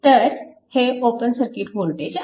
तर हे open circuit voltage आहे